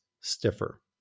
stiffer